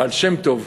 הבעל-שם-טוב,